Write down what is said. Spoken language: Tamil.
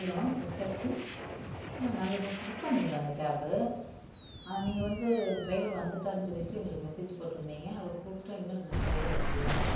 ஹலோ ரெட் டாக்ஸி ஆ நாங்கள் இப்போது புக் பண்ணியிருந்தோங்க கேப்பு ஆனால் நீங்கள் வந்து டிரைவர் வந்துட்டாருன்னு சொல்லிட்டு எங்களுக்கு மெசேஜ் போட்டிருந்திங்க கூப்பிடேன் இன்னும் டிரைவர் வரலை